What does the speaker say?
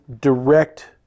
direct